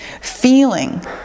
Feeling